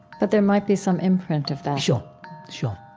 but there might be some imprint of that sure, sure